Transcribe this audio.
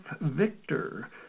victor